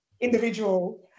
individual